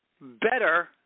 better